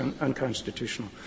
unconstitutional